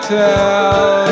tell